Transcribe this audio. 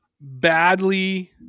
badly